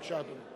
אדוני, בבקשה.